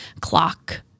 clock